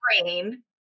brain